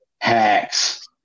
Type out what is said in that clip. hacks